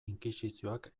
inkisizioak